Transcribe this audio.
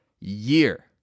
year